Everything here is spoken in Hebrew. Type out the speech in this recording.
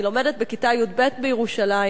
אני לומדת בכיתה י"ב בירושלים.